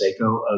Seiko